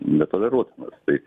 netoleruotinas tai